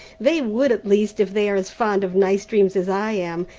they would, at least, if they are as fond of nice dreams as i am,